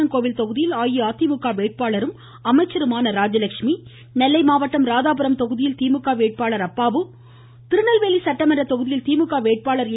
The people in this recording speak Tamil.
தென்காசி மாவட்டம் சங்கரன் கோவில் தொகுதியில் அஇஅதிமுக வேட்பாளரும் அமைச்சருமான ராஜலெட்சுமி நெல்லை மாவட்டம் ராதாபுரம் தொகுதியில் திமுக வேட்பாளர் அப்பாவு திருநெல்வேலி சட்டமன்ற தொகுதியில் திமுக வேட்பாளர் ஏ